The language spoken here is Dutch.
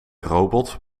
robot